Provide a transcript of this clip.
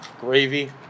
gravy